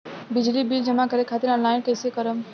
बिजली बिल जमा करे खातिर आनलाइन कइसे करम?